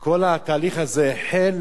שכל התהליך הזה החל